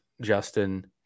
Justin